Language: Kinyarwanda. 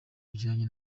bijyanye